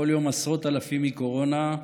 כל יום עשרות אלפים מקורונה,